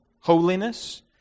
holiness